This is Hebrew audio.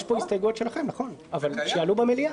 יש פה הסתייגויות שלכם, נכון, שעלו במליאה.